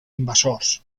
invasors